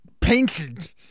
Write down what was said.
painted